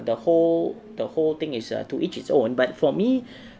the whole the whole thing is err to each his own but for me